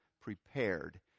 prepared